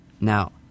Now